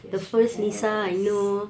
yes she has